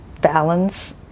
balance